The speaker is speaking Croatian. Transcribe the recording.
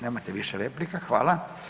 Nemate više replika, hvala.